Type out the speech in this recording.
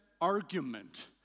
argument